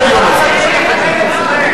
תצביע נגד אתה בעד השני.